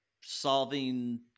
Solving